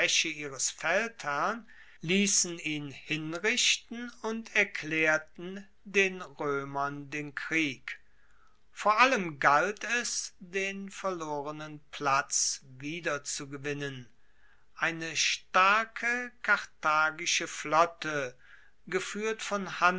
ihres feldherrn liessen ihn hinrichten und erklaerten den roemern den krieg vor allem galt es den verlorenen platz wiederzugewinnen eine starke karthagische flotte gefuehrt von